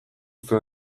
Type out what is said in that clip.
zuen